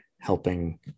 helping